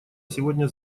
сегодня